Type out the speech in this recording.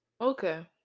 okay